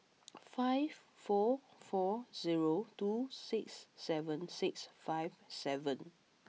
five four four zero two six seven six five seven